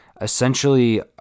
essentially